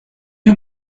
you